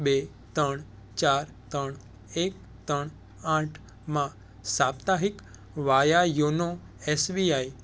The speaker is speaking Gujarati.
બે ત્રણ ચાર ત્રણ એક ત્રણ આઠ માં સાપ્તાહિક વાયા યોનો એસબીઆઈ